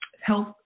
health